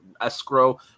Escrow